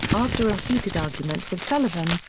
after a heated argument with sullivan,